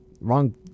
wrong